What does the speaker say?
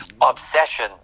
obsession